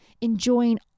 enjoying